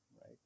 right